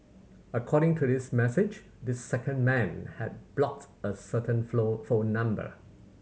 according to this message this second man had block a certain phone number